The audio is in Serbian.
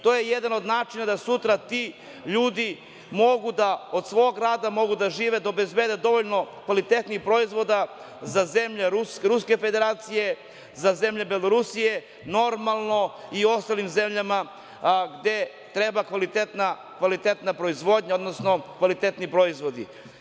To je jedan od načina da sutra ti ljudi mogu da od svog rada žive, da obezbede dovoljno kvalitetnih proizvoda za zemlje Ruske Federacije, za zemlje Belorusije i ostalim zemljama gde treba kvalitetna proizvodnja, odnosno kvalitetni proizvodi.